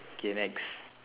okay next